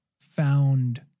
found